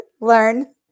learn